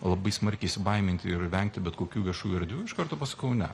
labai smarkiai įsibaiminti ir vengti bet kokių viešų erdvių iš karto pasakau ne